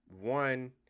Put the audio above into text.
one